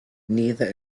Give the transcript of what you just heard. neither